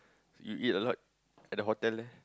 you eat a lot at the hotel there